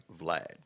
Vlad